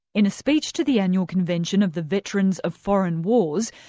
in a speech to the annual convention of the veterans of foreign wars,